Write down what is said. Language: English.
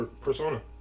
persona